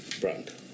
brand